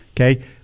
Okay